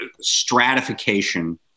stratification